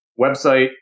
website